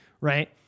Right